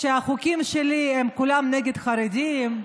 שהחוקים שלי הם כולם נגד חרדים,